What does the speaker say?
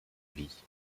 vie